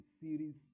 series